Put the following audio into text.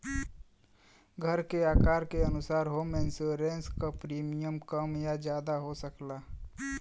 घर के आकार के अनुसार होम इंश्योरेंस क प्रीमियम कम या जादा हो सकला